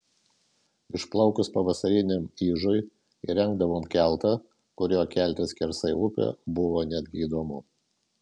išplaukus pavasariniam ižui įrengdavo keltą kuriuo keltis skersai upę buvo netgi įdomu